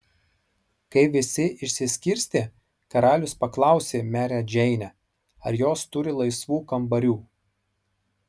kai visi išsiskirstė karalius paklausė merę džeinę ar jos turi laisvų kambarių